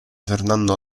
fernando